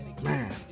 Man